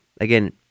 again